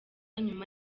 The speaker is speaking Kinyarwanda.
nyuma